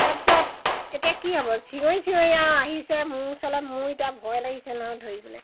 তাৰপিছত এতিয়া কি হ'ব চিঞৰি চিঞৰি আৰু আহিছে মোৰ ওচৰলৈ মোৰ এতিয়া ভয় লাগিছে নহয় ধৰিবলৈ